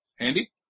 Andy